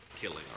killing